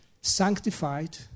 sanctified